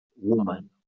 woman